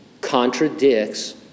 contradicts